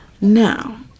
Now